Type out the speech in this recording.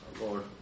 Lord